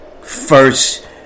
First